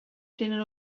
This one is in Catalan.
tenen